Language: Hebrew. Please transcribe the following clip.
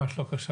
ממש לא כשלת.